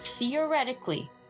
theoretically